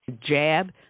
jab